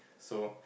so